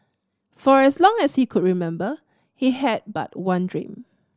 for as long as he could remember he had but one dream